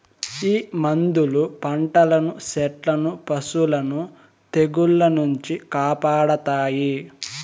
ఈ మందులు పంటలను సెట్లను పశులను తెగుళ్ల నుంచి కాపాడతాయి